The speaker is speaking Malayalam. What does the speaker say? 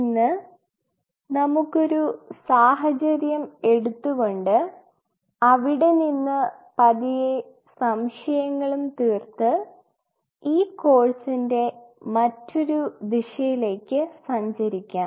ഇന്ന് നമുക്കൊരു സാഹചര്യം എടുത്തുകൊണ്ട് അവിടെ നിന്ന് പതിയെ സംശയങ്ങളും തീർത്തു ഈ കോഴ്സിന്റെ മറ്റൊരു ദിശയിലേക്ക് സഞ്ചരിക്കാം